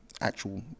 actual